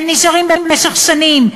הם נשארים במשך שנים,